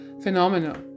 phenomenal